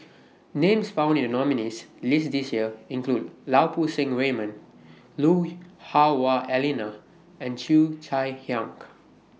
Names found in The nominees' list This Year include Lau Poo Seng Raymond Lui Hah Wah Elena and Cheo Chai Hiang